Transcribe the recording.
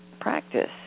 practice